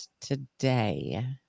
today